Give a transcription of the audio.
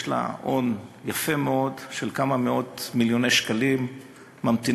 יש לה הון יפה מאוד של כמה מאות מיליוני שקלים ממתינים.